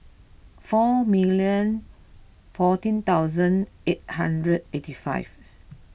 four million fourteen thousand eight hundred eighty five